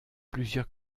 plusieurs